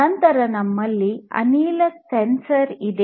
ನಂತರ ನಮ್ಮಲ್ಲಿ ಅನಿಲ ಸೆನ್ಸರ್ ಇದೆ